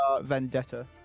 Vendetta